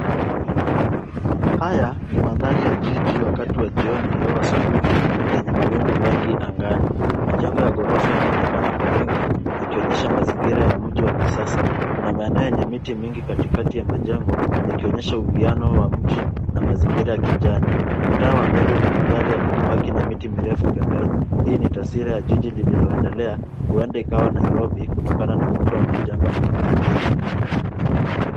haya ni mandhari ya jiji wakati wa jioni au asubuhi, yenye mawingu mengi angani. Majengo ya ghorofa yanaonekana kwa wingi, yakionyesha mazingira ya mji wa kisasa. Kuna maeneo yenye miti mingi katikati ya majengo yakionyesha uhuiano wa mji na mazingira ya kijani. Mtaa wa mbele una magari yaliyopaki na miti mirefu pembeni. Hii ni taswira ya jiji lililo endelea huenda ikawa nairobi kutokana na muundo wa majengo na mazingira.